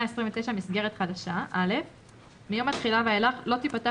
מסגרת חדשה 29. מיום התחילה ואילך לא תיפתח